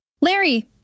Larry